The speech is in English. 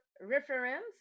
reference